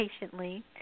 patiently